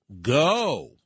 Go